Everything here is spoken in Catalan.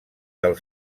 del